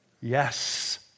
Yes